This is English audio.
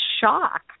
shock